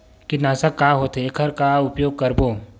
कीटनाशक का होथे एखर का उपयोग करबो?